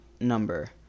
number